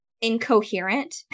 incoherent